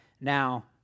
now